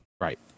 Right